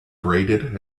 abraded